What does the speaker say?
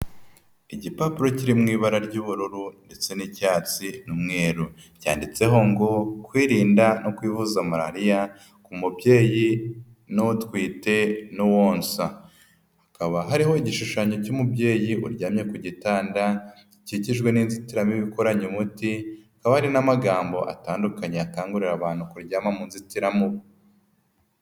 Igipapuro kiri mu ibara ry'ubururu ndetse n'icyatsi n'umweru, cyanditseho ngo kwirinda no kwivuza malariya ku mubyeyi n'utwite n'uwonsa, hakaba hariho igishushanyo cy'umubyeyi uryamye ku gitanda gikikijwe n'inzitiramibu ikoranye umuti, hakaba hari n'amagambo atandukanye akangurira abantu kuryama mu nzitiramubu.